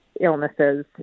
illnesses